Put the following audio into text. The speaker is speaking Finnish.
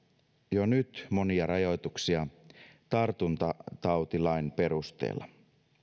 jo nyt monia rajoituksia tartuntatautilain perusteella